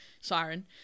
Siren